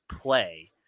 play